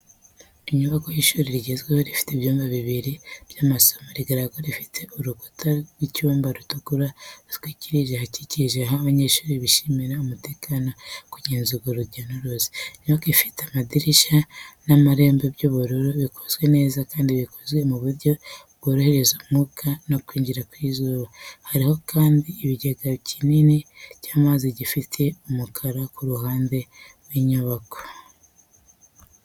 Ni inyubako y'ishuri rigezweho rifite ibyumba bibiri by'amasomo. Rigaragara ko rifite urukuta rw'icyuma rutukura rutwikiriye ahakikije aho abanyeshuri bishimira umutekano no kugenzura urujya n'uruza. Inyubako ifite amadirishya n'amarembo by'ubururu bikoze neza kandi bikozwe mu buryo bworohereza umwuka no kwinjira kw'izuba. Hariho kandi ikigega kinini cy'amazi gifite umukara ku ruhande rw'inyubako.